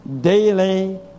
daily